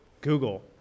Google